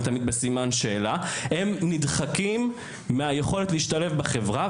הם תמיד בסימן שאלה - הם נדחקים מהיכולת להשתלב בחברה.